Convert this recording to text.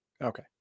okay